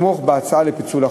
לתמוך בהצעה לפיצול החוק.